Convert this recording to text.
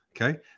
Okay